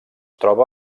troba